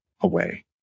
away